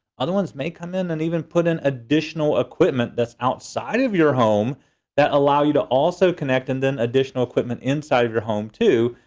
other ones may come in and even put in additional equipment that's outside of your home that allow you to also connect. and then additional equipment inside your home, too,